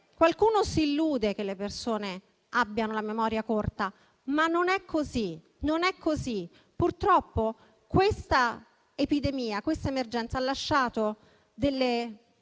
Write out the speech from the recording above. Qualcuno si illude che le persone abbiano la memoria corta, ma non è così. Purtroppo questa epidemia ha lasciato delle